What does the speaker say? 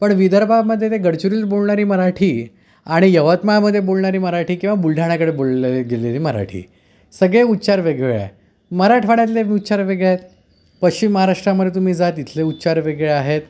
पण विदर्भामध्ये ते गडचिरोलीत बोलणारी मराठी आणि यवतमाळमध्ये बोलणारी मराठी किंवा बुलढाण्याकडे बोललं गेलेली मराठी सगळे उच्चार वेगवेगळे आहे मराठवाड्यातले उच्चार वेगळे आहेत पश्चिम महाराष्ट्रामध्ये तुम्ही जा तिथले उच्चार वेगळे आहेत